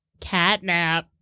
Catnap